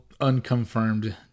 unconfirmed